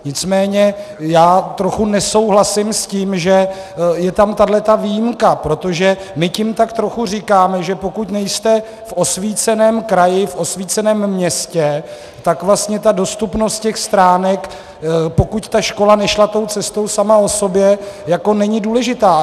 Nicméně já trochu nesouhlasím s tím, že je tam tahle výjimka, protože my tím tak trochu říkáme, že pokud nejste v osvíceném kraji, v osvíceném městě, tak vlastně ta dostupnost těch stránek, pokud ta škola nešla tou cestou sama o sobě, jako není důležitá.